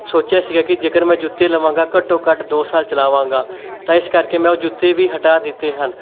ਸੋਚਿਆ ਸੀ ਕਿ ਜੇਕਰ ਮੈਂ ਜੁੱਤੇ ਲਵਾਂਗਾ ਘੱਟੋ ਘੱਟ ਦੋ ਸਾਲ ਚਲਾਵਾਂਗਾ ਤਾਂ ਇਸ ਕਰਕੇ ਮੈਂ ਉਹ ਜੁੱਤੇ ਵੀ ਹਟਾ ਦਿੱਤੇ ਹਨ